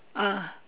ah